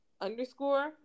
underscore